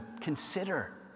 consider